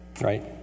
Right